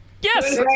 Yes